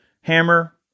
hammer